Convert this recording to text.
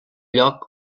lloc